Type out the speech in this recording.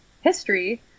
history